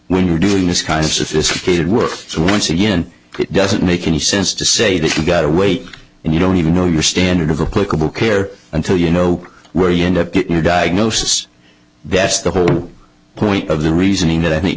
when you're doing this kind of sophisticated work so once again it doesn't make any sense to say that you got to wait and you don't even know your standard of the clickable care until you know where you end up getting a diagnosis that's the whole point of the reasoning that any